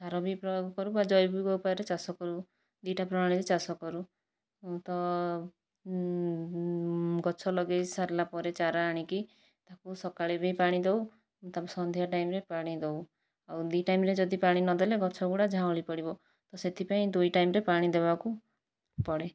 ସାର ବି ପ୍ରୟୋଗ କରୁ ବା ଜୈବିକ ଉପାୟରେ ଚାଷ କରୁ ଦୁଇଟା ପ୍ରଣାଳୀରେ ଚାଷ କରୁ ତ ଗଛ ଲଗାଇ ସାରିଲା ପରେ ଚାରା ଆଣିକି ତାକୁ ସକାଳେ ବି ପାଣି ଦେଉ ତାକୁ ସନ୍ଧ୍ୟା ଟାଇମ୍ରେ ପାଣି ଦେଉ ଆଉ ଦୁଇ ଟାଇମ୍ରେ ଯଦି ପାଣି ନଦେଲେ ଗଛଗୁଡ଼ିକ ଝାଉଁଳି ପଡ଼ିବ ତ ସେଥିପାଇଁ ଦୁଇ ଟାଇମ୍ରେ ପାଣି ଦେବାକୁ ପଡ଼େ